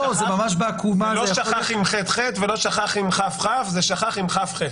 זה לא שחח ולא שכך, זה שכח עם כח.